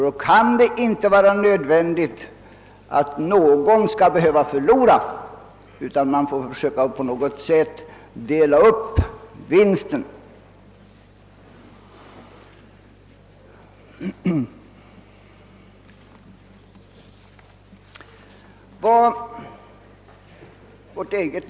Då kan det inte vara nödvändigt att någon skall behöva förlora på det, utan man får försöka att på något sätt dela upp vinsten mellan länderna.